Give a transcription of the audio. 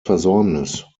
versäumnis